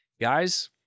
guys